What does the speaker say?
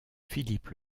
philippe